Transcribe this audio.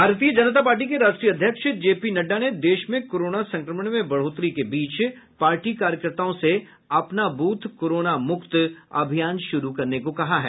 भारतीय जनता पार्टी के राष्ट्रीय अध्यक्ष जेपी नड्डा ने देश में कोरोना संक्रमण में बढ़ोतरी के बीच पार्टी कार्यकर्ताओं से अपना बूथ कोरोना मुक्त अभियान शुरू करने को कहा है